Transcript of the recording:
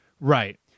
Right